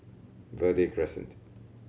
Verde Crescent